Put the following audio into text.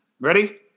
Ready